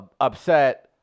upset